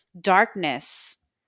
darkness